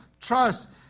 trust